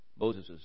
Moses